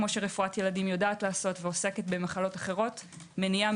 כפי שרפואת ילדים יודעת לעשות ועוסקת במחלות אחרות מניעה,